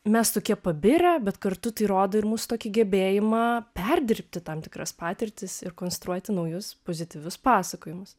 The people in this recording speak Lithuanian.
mes tokie pabirę bet kartu tai rodo ir mūsų tokį gebėjimą perdirbti tam tikras patirtis ir konstruoti naujus pozityvius pasakojimus